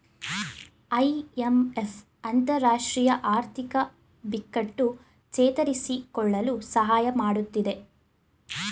IMF ಅಂತರರಾಷ್ಟ್ರೀಯ ಆರ್ಥಿಕ ಬಿಕ್ಕಟ್ಟು ಚೇತರಿಸಿಕೊಳ್ಳಲು ಸಹಾಯ ಮಾಡತ್ತಿದೆ